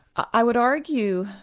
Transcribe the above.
i would argue,